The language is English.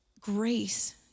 grace